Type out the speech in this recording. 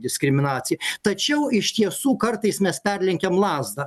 diskriminacija tačiau iš tiesų kartais mes perlenkiam lazdą